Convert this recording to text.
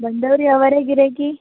ಬಂದವರೇ ಅವರೇ ಗಿರಾಕಿ